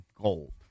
gold